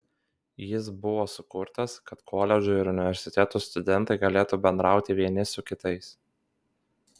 jis buvo sukurtas kad koledžų ir universitetų studentai galėtų bendrauti vieni su kitais